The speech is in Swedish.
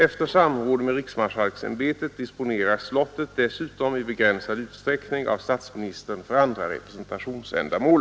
Efter 6 samråd med riksmarskalksämbetet disponeras slottet dessutom i begränsad utsträckning av statsministern för andra representationsändamål.